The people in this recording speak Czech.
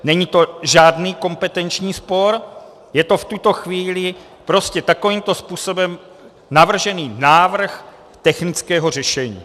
Není to žádný kompetenční spor, je to v tuto chvíli prostě takovýmto způsobem navržený návrh technického řešení.